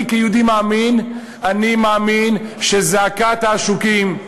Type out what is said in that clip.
אני, כיהודי מאמין, אני מאמין שזעקת העשוקים,